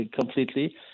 completely